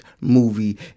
movie